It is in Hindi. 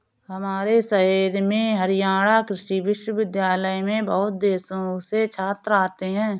हमारे शहर में हरियाणा कृषि विश्वविद्यालय में बहुत देशों से छात्र आते हैं